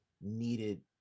needed